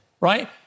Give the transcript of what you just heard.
right